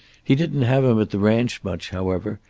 he didn't have him at the ranch much, however,